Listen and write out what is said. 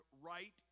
right